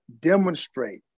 demonstrate